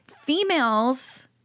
Females